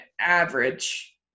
average